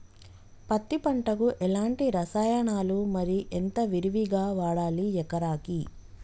పత్తి పంటకు ఎలాంటి రసాయనాలు మరి ఎంత విరివిగా వాడాలి ఎకరాకి?